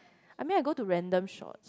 I mean I go to random shop